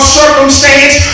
circumstance